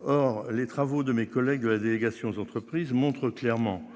Or les travaux de mes collègues de la délégation aux entreprises montrent clairement